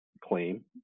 claim